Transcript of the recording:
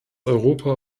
europa